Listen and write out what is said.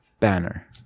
banner